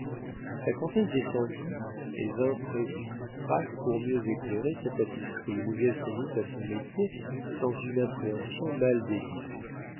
la comtesse descendit et vint près du trictrac pour mieux éclairer sa tapisserie mais elle se mit à son métier dans une appréhension mal déguisée